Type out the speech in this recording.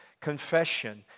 Confession